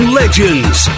legends